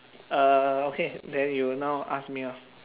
uh okay then you now ask me lor